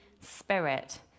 Spirit